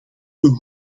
ten